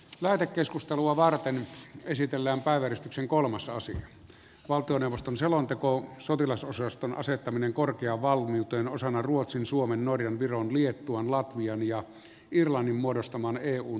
lähetekeskustelua varten esitellään päivän yksi kolmasosan valtioneuvoston selontekoon sotilasosaston asettaminen korkea valmiuteen osana ruotsin suomen norjan viron liettuan latvian ja irlannin muodostamaan euhun